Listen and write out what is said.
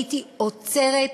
הייתי עוצרת,